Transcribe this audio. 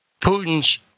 Putin's